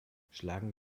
schlagen